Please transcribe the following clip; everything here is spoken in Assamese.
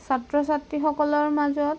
ছাত্ৰ ছাত্ৰীসকলৰ মাজত